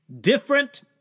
Different